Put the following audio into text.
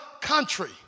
country